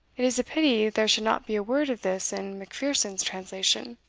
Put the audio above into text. it is a pity there should not be a word of this in macpherson's translation.